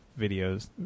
videos